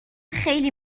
خیلی